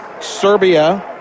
Serbia